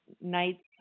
nights